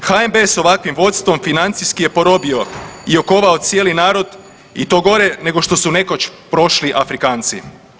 HNB sa ovakvim vodstvom financijski je porobio i okovao cijeli narod i to gore nego što su nekoć prošli Afrikanci.